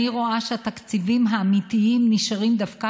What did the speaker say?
אני רואה שהתקציבים האמיתיים נשארים דווקא